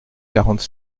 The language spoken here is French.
quarante